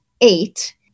eight